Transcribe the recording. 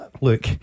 Look